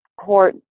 court